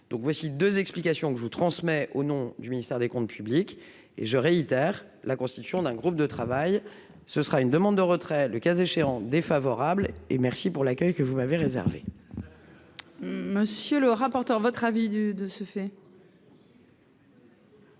voici 2 explications que je vous transmets au nom du ministère des Comptes publics et je réitère la constitution d'un groupe de travail, ce sera une demande de retrait, le cas échéant, défavorable, et merci pour l'accueil que vous m'avez réservé.